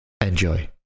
Enjoy